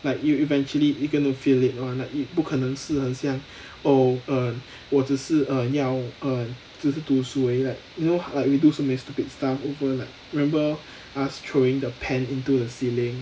like you eventually you can feel it [one] 你不可能是很像 oh err 我只是 err 要 err 只是读书而已 like you know ;ike we do so many stupid stuff over like remember us throwing the pen into the ceiling